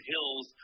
Hills